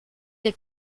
del